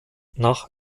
nach